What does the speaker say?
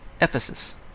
Ephesus